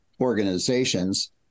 organizations